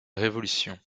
révolution